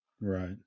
Right